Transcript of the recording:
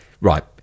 Right